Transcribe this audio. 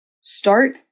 Start